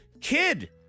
Kid